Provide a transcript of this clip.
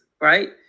right